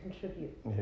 contribute